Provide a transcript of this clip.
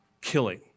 killing